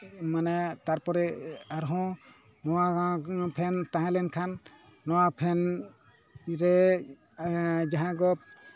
ᱢᱟᱱᱮ ᱛᱟᱨᱯᱚᱨᱮ ᱟᱨᱦᱚᱸ ᱱᱚᱣᱟ ᱯᱷᱮᱱ ᱛᱟᱦᱮᱸ ᱞᱮᱱᱠᱷᱟᱱ ᱱᱚᱣᱟ ᱯᱷᱮᱱ ᱨᱮ ᱡᱟᱦᱟᱸ ᱠᱚ